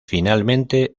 finalmente